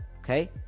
Okay